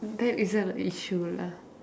that isn't an issue lah